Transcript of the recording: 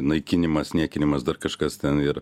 naikinimas niekinimas dar kažkas ten ir